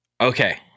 Okay